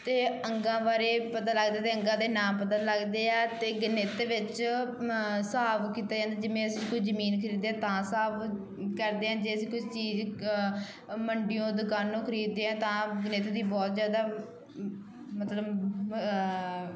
ਅਤੇ ਅੰਗਾਂ ਬਾਰੇ ਪਤਾ ਲੱਗਦਾ ਅਤੇ ਅੰਗਾਂ ਦੇ ਨਾਮ ਪਤਾ ਲੱਗਦੇ ਆ ਅਤੇ ਗਣਿਤ ਵਿੱਚ ਹਿਸਾਬ ਕੀਤਾ ਜਾਂਦਾ ਜਿਵੇਂ ਅਸੀਂ ਕੋਈ ਜ਼ਮੀਨ ਖਰੀਦੇ ਆ ਤਾਂ ਹਿਸਾਬ ਕਰਦੇ ਹਾਂ ਜੇ ਅਸੀਂ ਕੁਛ ਚੀਜ਼ ਮੰਡੀਓਂ ਦੁਕਾਨੋਂ ਖਰੀਦਦੇ ਹਾਂ ਤਾਂ ਗਣਿਤ ਦੀ ਬਹੁਤ ਜ਼ਿਆਦਾ ਮਤਲਵ